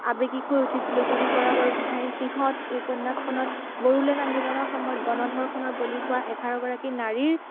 আৱেগিক হৈ উঠিছিলোঁ জুৰি বৰা বৰগোহাঞিৰ সিহঁত এই উপন্যাসখনত বড়োলেণ্ড আন্দোলনৰ সময়ত গণ ধৰ্ষণৰ বলি হোৱা এঘাৰগৰাকী নাৰীৰ